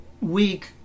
week